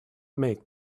make